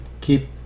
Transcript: keep